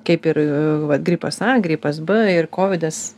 kaip ir gripas a gripas b kovidas